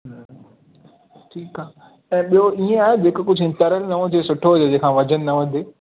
ठीकु आहे त इहो इएं आहे जेको कुझु आहिनि तरियल न हुजे सुठो हुजे जंहिंखा वज़न न हुजे